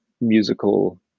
musical